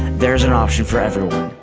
there's an option for everyone.